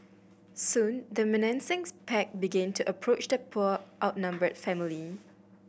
soon the menacing's pack begin to approach the poor outnumbered family